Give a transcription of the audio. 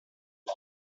est